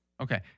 Okay